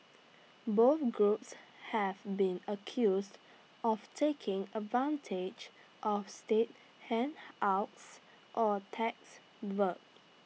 both groups have been accused of taking advantage of state handouts or tax verb